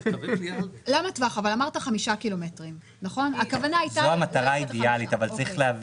אנחנו מדברים על פחות משנתיים-שנתיים וחצי שאתם רוצים כבר להתחיל עם זה.